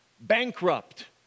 bankrupt